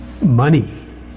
Money